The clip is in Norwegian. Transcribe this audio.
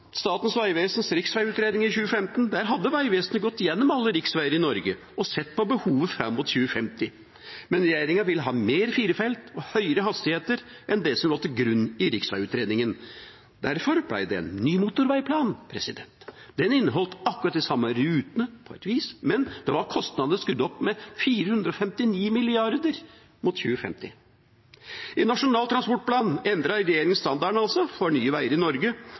Statens vegvesens, riksvegutredning i 2015. Der hadde Vegvesenet gått gjennom alle riksveier i Norge og sett på behovet fram mot 2050. Men regjeringa vil ha mer firefeltsvei og høyere hastighet enn det som lå til grunn i riksvegutredningen. Derfor ble det en ny motorveiplan. Den inneholdt akkurat de samme rutene på et vis, men da var kostnadene skrudd opp med 459 mrd. kr – mot 2050. I Nasjonal transportplan endret regjeringa standarden for nye veier i Norge,